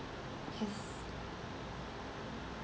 yes